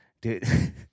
dude